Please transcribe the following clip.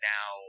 Now